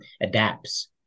adapts